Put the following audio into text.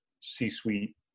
C-suite